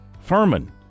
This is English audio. Furman